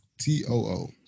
T-O-O